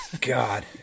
God